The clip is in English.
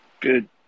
Good